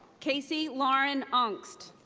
casey lauren aunkst.